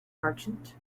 merchant